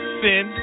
sin